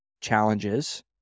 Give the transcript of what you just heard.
challenges